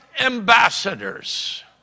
ambassadors